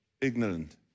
Ignorant